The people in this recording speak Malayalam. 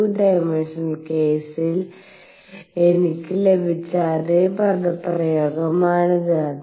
2 ഡിമെൻഷനാൽ കേസിൽ എനിക്ക് ലഭിച്ച അതേ പദപ്രയോഗമാണിത്